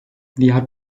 diğer